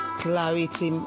clarity